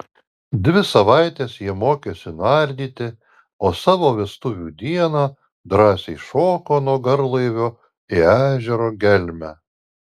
dvi savaites jie mokėsi nardyti o savo vestuvių dieną drąsiai šoko nuo garlaivio į ežero gelmę